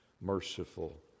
merciful